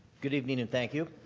good evening and thank you,